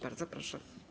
Bardzo proszę.